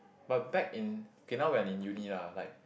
but back in okay now we're in uni lah like